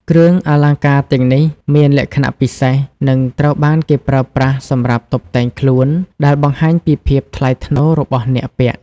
គ្រឿងអលង្ការទាំងនេះមានលក្ខណៈពិសេស និងត្រូវបានគេប្រើប្រាស់សម្រាប់តុបតែងខ្លួន ដែលបង្ហាញពីភាពថ្លៃថ្នូររបស់អ្នកពាក់។